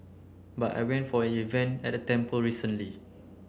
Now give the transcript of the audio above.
but I went for an event at a temple recently